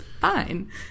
fine